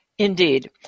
Indeed